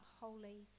holy